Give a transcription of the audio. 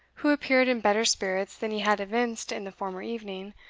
who appeared in better spirits than he had evinced in the former evening,